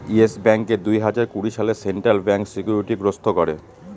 yes ব্যাঙ্ককে দুই হাজার কুড়ি সালে সেন্ট্রাল ব্যাঙ্ক সিকিউরিটি গ্রস্ত করে